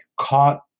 caught